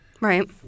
Right